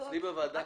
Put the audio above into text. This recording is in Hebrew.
אכן,